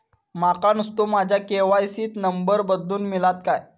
माका नुस्तो माझ्या के.वाय.सी त नंबर बदलून मिलात काय?